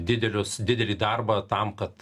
didelius didelį darbą tam kad